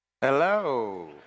Hello